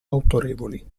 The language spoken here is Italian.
autorevoli